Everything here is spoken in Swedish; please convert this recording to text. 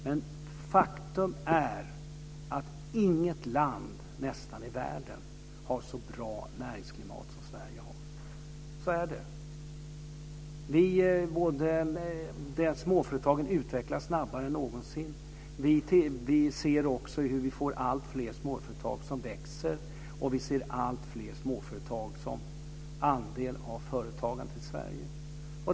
Men faktum är att nästan inget land i världen har så bra näringsklimat som Sverige har. Så är det. Småföretagen utvecklas snabbare än någonsin. Vi ser också hur alltfler småföretag växer och alltfler småföretag som andel av företagandet i Sverige.